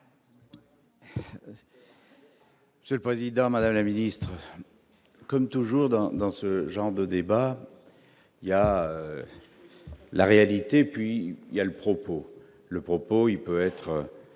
Seul président Madame la ministre, comme toujours dans dans ce genre de débat, il y a la réalité, et puis il y a le propos, le propos, il peut être